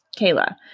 Kayla